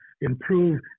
improve